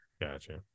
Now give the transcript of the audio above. Gotcha